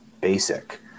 basic